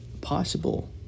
possible